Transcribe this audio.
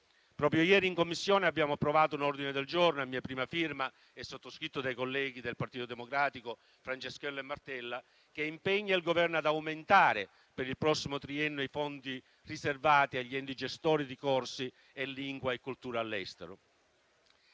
Proprio ieri in Commissione abbiamo approvato un ordine del giorno a mia prima firma, sottoscritto dai colleghi del Partito Democratico Franceschelli e Martella, che impegna il Governo ad aumentare per il prossimo triennio i fondi riservati agli enti gestori di corsi di lingua e cultura all'estero.